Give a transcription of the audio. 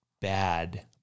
bad